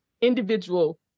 individual